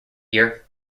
year